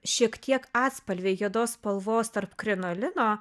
šiek tiek atspalviai juodos spalvos tarp krinolino